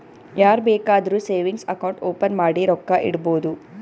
ಯಾರ್ ಬೇಕಾದ್ರೂ savings account open ಮಾಡಿ ರೊಕ್ಕಾ ಇಡ್ಬೋದು